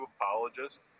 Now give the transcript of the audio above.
apologist